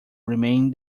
remain